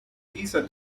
dieser